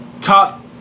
top